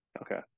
Okay